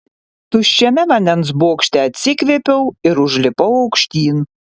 tuščiame vandens bokšte atsikvėpiau ir užlipau aukštyn